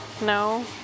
no